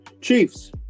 Chiefs